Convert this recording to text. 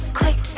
quick